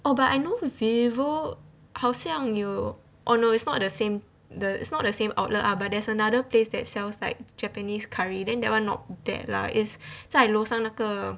oh but I know who vivo 好像有 oh no it's not the same the it's not the same outlet lah but there's another place that sells like japanese curry then that [one] not that 辣 is 在楼上那个